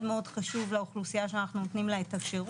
חשוב לאוכלוסייה שאנחנו נותנים לה את השירות,